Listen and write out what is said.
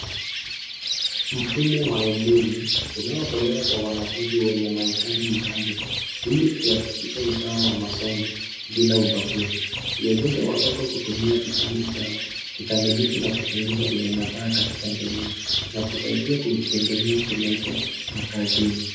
Mfumo wa elimu unaotolewa kwa wanafunzi wenye mahitaji maalum ili kuhakikisha usawa wa masomo bila ubaguzi. Huwezesha watoto kutumia vipande vyao kikamilifu na kupunguza unyanyapaa katika jamii na kusaidia kujitegemea kimaisha na kazini.